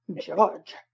George